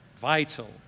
vital